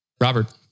Robert